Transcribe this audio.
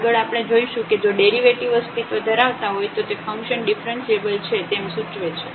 આગળ આપણે જોઇશું કે જો ડેરિવેટિવ અસ્તિત્વ ધરાવતા હોય તો તે ફંકશન ડીફરન્સીએબલ છે તેમ સૂચવે છે